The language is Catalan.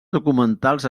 documentals